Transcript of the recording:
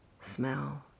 smell